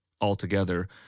altogether